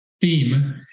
theme